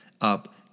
up